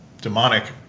demonic